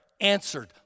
answered